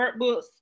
workbooks